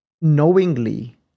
knowingly